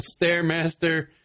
Stairmaster